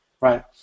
right